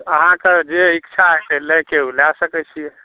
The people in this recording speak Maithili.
तऽ अहाँके जे इच्छा हेतै लैके ओ लै सकै छिए